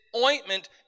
ointment